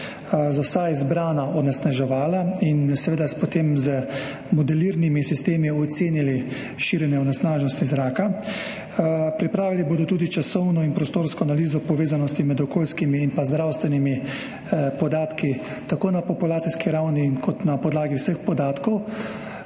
za vsa izbrana onesnaževala in seveda potem z modelirnimi sistemi ocenili širjenje onesnaženosti zraka. Pripravili bodo tudi časovno in prostorsko analizo povezanosti med okoljskimi in pa zdravstvenimi podatki tako na populacijski ravni kot na podlagi vseh podatkov.